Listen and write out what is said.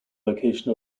location